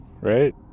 right